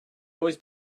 always